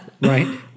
Right